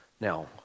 Now